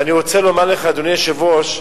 ואני רוצה לומר לך, אדוני היושב-ראש,